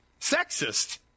sexist